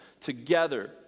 together